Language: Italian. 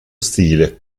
stile